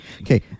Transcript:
Okay